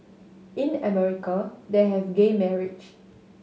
in America they have gay marriage